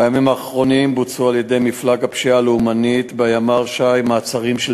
בימים האחרונים בוצעו על-ידי מפלג הפשיעה הלאומנית בימ"ר ש"י מעצרים של